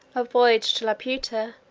a voyage to laputa,